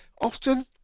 often